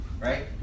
Right